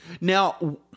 Now